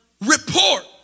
report